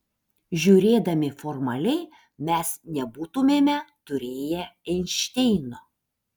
žiūrėdami formaliai mes nebūtumėme turėję einšteino